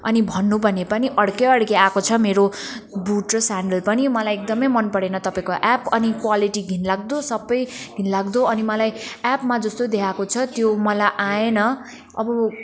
अनि भन्नु भने पनि अर्कै अर्कै आएको छ मेरो बुट र स्यान्डल पनि मलाई एकदमै मन परेन तपाईँको एप्प अनि क्वालिटी घिनलाग्दो सबै घिनलाग्दो अनि मलाई एप्पमा जस्तो देखाएको छ त्यो मलाई आएन अब